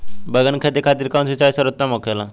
बैगन के खेती खातिर कवन सिचाई सर्वोतम होखेला?